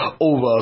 over